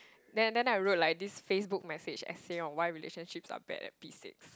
then then I wrote like this Facebook message essay on why relationships are bad at P-six